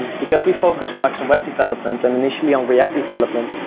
and because we focus so much on web development and initially on react development,